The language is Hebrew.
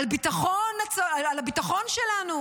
על הביטחון שלנו?